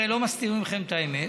הרי לא מסתירים מכם את האמת: